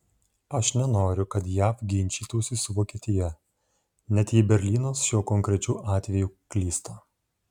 aš nenoriu kad jav ginčytųsi su vokietija net jei berlynas šiuo konkrečiu atveju klysta